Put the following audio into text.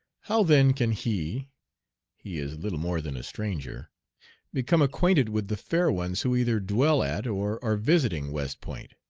how then can he he is little more than a stranger become acquainted with the fair ones who either dwell at or are visiting west point.